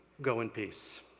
go in peace.